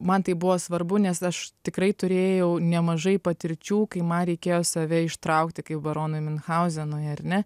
man tai buvo svarbu nes aš tikrai turėjau nemažai patirčių kai man reikėjo save ištraukti kaip baronui miunchauzenui ar ne